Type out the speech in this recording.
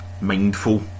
mindful